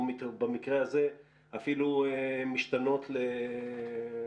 או במקרה הזה אפילו משתנות חדשות לבקרים,